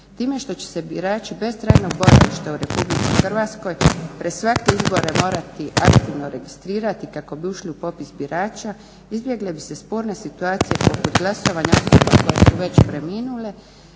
time što će se birači bez trajnog boravišta u Republici Hrvatskoj pred svake izbore morati aktivno registrirati kako bi ušli u popis birača izbjegle bi se sporne situacije poput glasovanja … već preminule